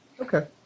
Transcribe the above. Okay